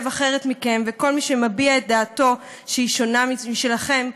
אחרת מכם וכל מי שמביע את דעתו שהיא שונה משלכם,